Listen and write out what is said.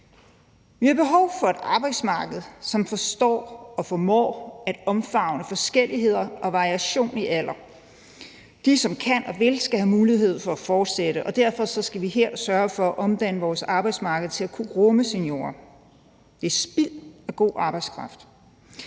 Vi har behov for et arbejdsmarked, som forstår og formår at omfavne forskellighed og variation i alder. De, som kan og vil, skal have mulighed for at fortsætte, og derfor skal vi her sørge for at omdanne vores arbejdsmarked til at kunne rumme seniorer. Det er spild af god arbejdskraft,